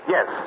Yes